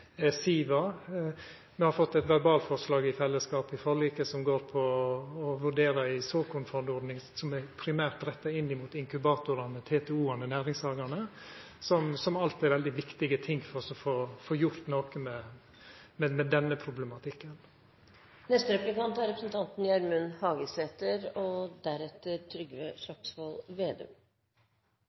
SIVA. Me har fått eit verbalforslag i fellesskap i forliket som går på å vurdera ei såkornfondordning som primært er retta inn imot inkubatorane, TTO-ane og næringshagane, som alle er veldig viktige ting for å få gjort noko med denne problematikken. Eg vil først seie at eg meiner at representanten Breivik er ein fornuftig kar, og